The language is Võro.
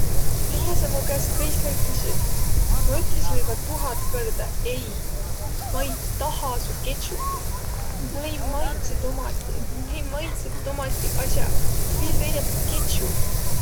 Mille sa mu käest kõik aig küsüt? Ma ütli sullõ joba tuhat kõrda ei. Ma ei tahaq su kets'upit Mullõ ei maitsõq tomadiq, mullõ ei maitsõq tomadi as'aq, viil veidemb kets'up.